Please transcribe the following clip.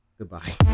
Goodbye